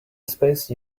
space